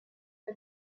for